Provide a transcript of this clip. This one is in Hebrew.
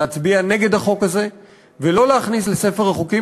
להצביע נגד החוק הזה ולא להכניס לספר החוקים